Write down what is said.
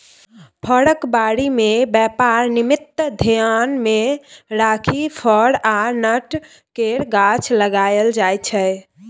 फरक बारी मे बेपार निमित्त धेआन मे राखि फर आ नट केर गाछ लगाएल जाइ छै